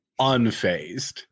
unfazed